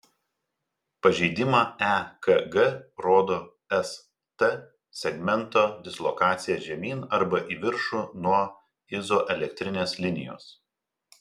pažeidimą ekg rodo st segmento dislokacija žemyn arba į viršų nuo izoelektrinės linijos